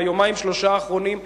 ביומיים-שלושה האחרונים,